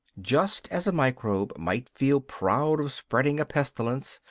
just as a microbe might feel proud of spreading a pestilence,